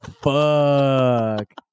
Fuck